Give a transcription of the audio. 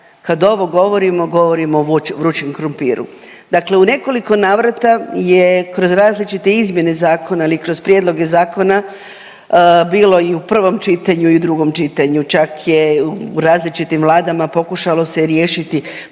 kad ovo govorimo govorimo o vrućem krumpiru. Dakle, u nekoliko navrata je kroz različite izmjene zakona ili kroz prijedloge zakona bilo i u prvom čitanju i u drugom čitanju, čak je i u različitim vladama pokušalo se je riješiti